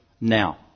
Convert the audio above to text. now